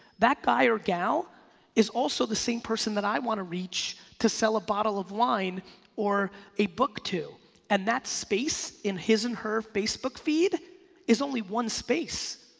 that guy or gal is also the same person that i wanna reach to sell a bottle of wine or a book to and that space in his and her facebook feed is only one space